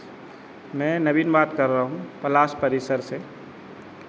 मैं नवीन बात कर रहा हूँ पलास परिसर से